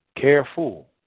Careful